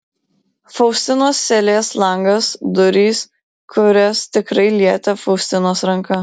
faustinos celės langas durys kurias tikrai lietė faustinos ranka